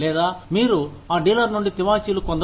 లేదా మీరు ఆ డీలర్ నుండి తివాచీలు కొందరు